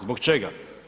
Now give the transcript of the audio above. Zbog čega?